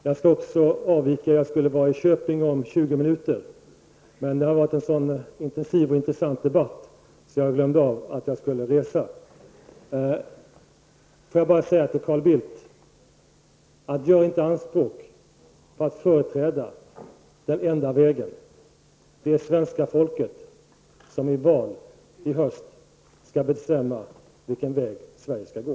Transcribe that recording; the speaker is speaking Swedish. Fru talman! Också jag skall avvika från kammaren, jag skulle vara i Köping om 20 minuter. Men det har varit en sådan intensiv och intressant debatt att jag glömde av att jag skulle resa. Jag vill säga till Carl Bildt: Gör inte anspråk på att företräda den enda vägen. Det är svenska folkets som i val i höst skall bestämma vilken väg Sverige skall gå.